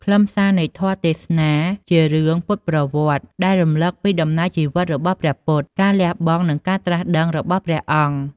ខ្លឹមសារនៃធម៌ទេសនាជារឿង ពុទ្ធប្រវត្តិ ដែលរំលឹកពីដំណើរជីវិតរបស់ព្រះពុទ្ធ ការលះបង់ និងការត្រាស់ដឹងរបស់ព្រះអង្គ។